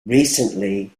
recently